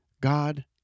God